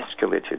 escalated